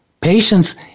Patience